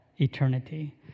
eternity